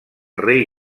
rei